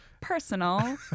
personal